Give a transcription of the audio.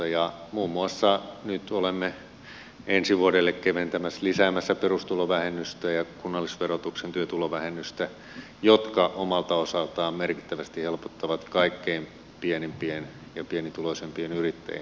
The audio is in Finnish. nyt olemme muun muassa ensi vuodelle lisäämässä perustulovähennystä ja kunnallisverotuksen työtulovähennystä jotka omalta osaltaan merkittävästi helpottavat kaikkein pienimpien ja pienituloisimpien yrittäjien asemaa